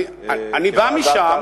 אני בא משם,